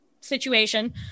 situation